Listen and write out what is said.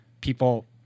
People